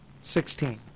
Sixteen